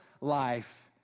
life